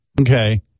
okay